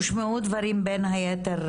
הושמעו דברים בין הייתר,